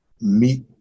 meet